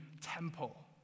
temple